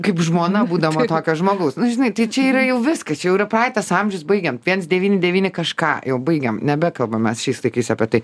kaip žmona būdama tokio žmogaus nu žinai tai čia yra jau viskas jau yra praeitas amžius baigėm viens devyni devyni kažką jau baigiam nebekalbam mes šiais laikais apie tai